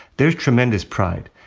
there's tremendous pride.